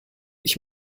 ich